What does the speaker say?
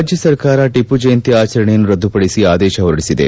ರಾಜ್ಯಸರ್ಕಾರ ಟಿಪ್ಪು ಜಯಂತಿ ಆಚರಣೆಯನ್ನು ರದ್ದು ಪಡಿಸಿ ಆದೇಶ ಹೊರಡಿಸಿದೆ